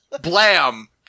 Blam